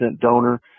donor